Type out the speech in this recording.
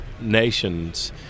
nations